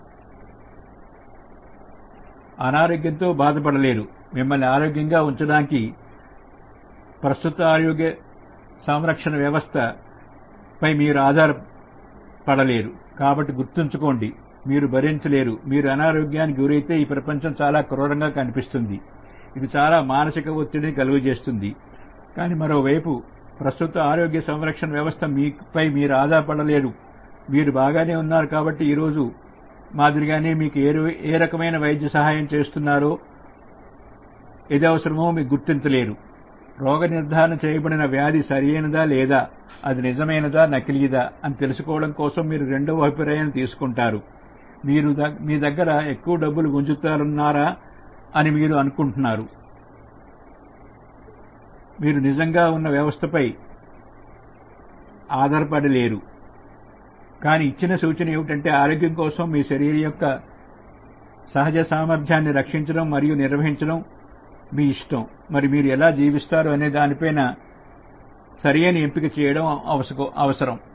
అనారోగ్యంతో బాధ పడలేదు మిమ్మల్ని ఆరోగ్యంగా ఉంచడానికి ప్రస్తుత ఆరోగ్య సంరక్షణ వ్యవస్థపై మీరు ఆధార్ పడలేరు కాబట్టి మీరు గుర్తుంచుకోండి మీరు భరించలేరు మీరు అనారోగ్యానికి గురైతే ఈ ప్రపంచం చాలా క్రూరంగా కనిపిస్తుంది ఇది చాలా మానసిక ఒత్తిడిని కలుగజేస్తుంది కానీ మరోవైపు ప్రస్తుత ఆరోగ్య సంరక్షణ వ్యవస్థ మీరు ఆధారపడలేదు మీరు బాగానే ఉన్నారు కాబట్టి ఈరోజు మాదిరిగానే మీకు ఏ రకమైన వైద్య సహాయం ఏం చేస్తున్నారు గుర్తించలేరు రోగ నిర్ధారణ చేయబడిన వ్యాధి సరైనదేనా లేదా అది నిజమైన లేదా నకిలీదా అని తెలుసుకోవడం కోసం మీరు రెండవ అభిప్రాయాన్ని తీసుకుంటారుమీ దగ్గర అ ఎక్కువ డబ్బులు గుంజుతున్న రా కాబట్టి మీరు నిజంగా ఉన్న వ్యవస్థపై ఆధారపడి లేరు కానీ ఇచ్చిన సూచన ఏమిటంటే ఆరోగ్యం కోసం మీ శరీరం యొక్క సహజ సామర్థ్యాన్ని రక్షించడం మరియు నిర్వహించడం మీ ఇష్టం మరియు వీరు ఎలా జీవిస్తారు అనే దానిపైన సరైన ఎంపిక చేయడం అవసరం